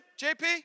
JP